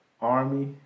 army